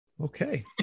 Okay